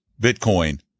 Bitcoin